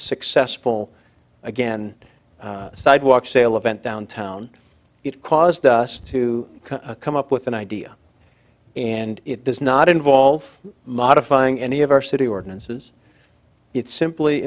successful again sidewalk sale event downtown it caused us to come up with an idea and it does not involve modifying any of our city ordinances it simply